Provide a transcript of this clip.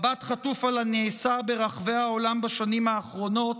מבט חטוף על הנעשה ברחבי העולם בשנים האחרונות,